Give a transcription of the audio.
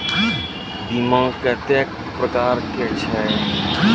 बीमा कत्तेक प्रकारक छै?